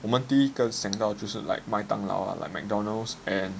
我们第一个想到就是 like 麦当劳 like Mcdonald's and